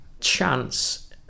chance